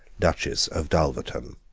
duchess of dulverton.